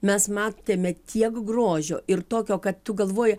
mes matėme tiek grožio ir tokio kad tu galvoji